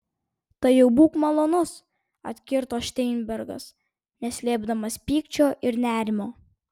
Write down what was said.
tai jau būk malonus atkirto šteinbergas neslėpdamas pykčio ir nerimo